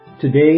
Today